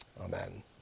Amen